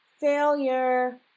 failure